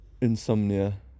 Insomnia